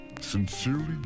sincerely